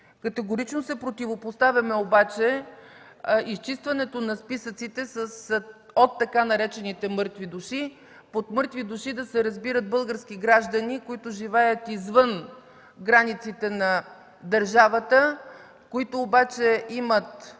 Категорично се противопоставяме обаче при изчистването на списъците от така наречените „мъртви души”, под „мъртви души” да се разбират български граждани, които живеят извън границите на държавата, които обаче имат